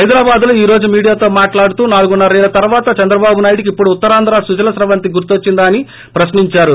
హైదరాబాద్ ప్రా లో ఈ రోజు మీడియాతో మాటలాడుతూ నాలుగున్నరేళ్ల తర్వాత చంద్రబాబు నాయుడుకుం ఇప్పుడు ఉత్తరాంధ్ర సుజల స్రవంతి గుర్తొచ్చిందా అనీ ప్రశ్ని ంచారు